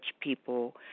people